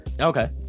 Okay